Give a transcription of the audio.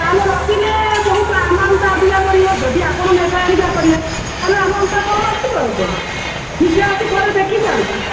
ତାହେଲେ ରଖିଲେ ବହୁତ ଆମାଉଣ୍ଟଟା ଅଧିକ ପଡ଼ିବ ଯଦି ଯିବା ଆସିବା କରିବେ ତାହେଲେ ଆମାଉଣ୍ଟଟା କମ୍ ଆସିବ ଆଉ ନିଜେ ଆସି ଥରେ ଦେଖି ଯାଆନ୍ତୁ